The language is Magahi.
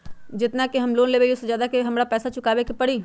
जेतना के हम लोन लेबई ओ से ज्यादा के हमरा पैसा चुकाबे के परी?